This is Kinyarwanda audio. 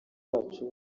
bacu